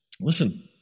Listen